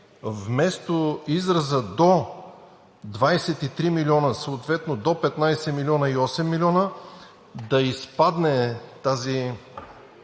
вместо израза „до 23 милиона“, съответно „до 15 милиона“ и „8 милиона“, да изпадне тази